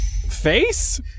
face